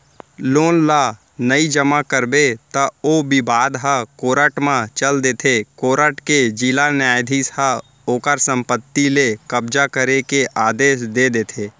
loan ल नइ जमा करबे त ओ बिबाद ह कोरट म चल देथे कोरट के जिला न्यायधीस ह ओखर संपत्ति ले कब्जा करे के आदेस दे देथे